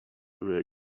were